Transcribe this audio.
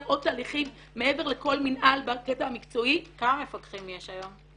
עוד תהליכים מעבר לכל מנהל בקטע המקצועי- - כמה מפקחים יש היום?